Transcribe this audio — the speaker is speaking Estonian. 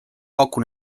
paku